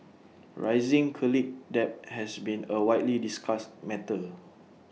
rising colleague debt has been A widely discussed matter